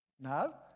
No